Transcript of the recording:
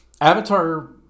Avatar